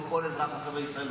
כמו כל אזרח ברחבי ישראל,